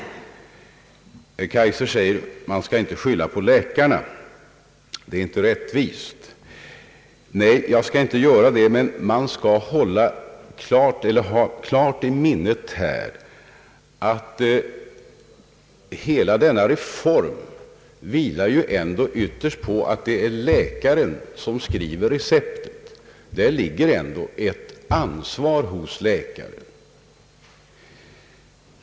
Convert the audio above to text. Herr Kaijser säger att man inte skall skylla på läkarna, det är inte rättvist. Nej, jag skall inte göra det, men vi bör hålla i minnet att hela denna reform ytterst vilar på att det är läkaren som skriver recepten. Det ligger ett ansvar på läkaren.